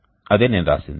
అదే నేను వ్రాసినది